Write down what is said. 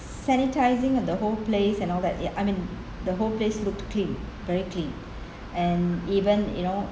sanitising of the whole place and all that ya I mean the whole place looked clean very clean and even you know